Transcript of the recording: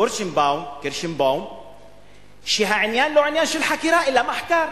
קירשנבאום שהעניין הוא לא עניין של חקירה אלא מחקר.